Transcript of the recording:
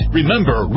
Remember